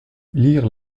lire